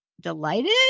delighted